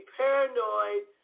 paranoid